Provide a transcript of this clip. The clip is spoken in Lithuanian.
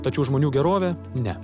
tačiau žmonių gerovė ne